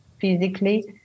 physically